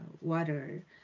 water